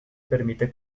permite